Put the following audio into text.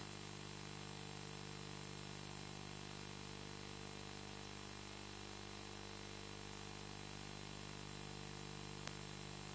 Grazie,